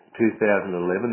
2011